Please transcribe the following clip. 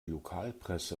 lokalpresse